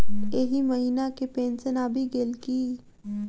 एहि महीना केँ पेंशन आबि गेल की